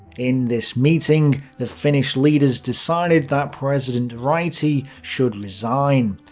in this meeting, the finnish leaders decided that president ryti should resign.